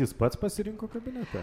jis pats pasirinko kabinetą